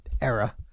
era